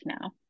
now